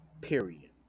Period